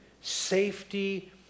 safety